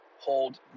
hold